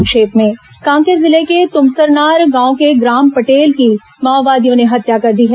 संक्षिप्त समाचार कांकेर जिले के तुमसनार गांव के ग्राम पटेल की माओवादियों ने हत्या कर दी है